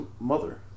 mother